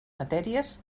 matèries